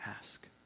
ask